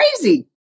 crazy